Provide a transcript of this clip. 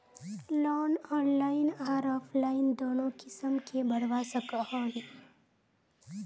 Loan online आर offline दोनों किसम के भरवा सकोहो ही?